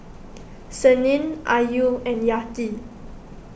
Senin Ayu and Yati